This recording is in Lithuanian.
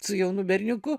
su jaunu berniuku